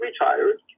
retired